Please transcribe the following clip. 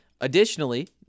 Additionally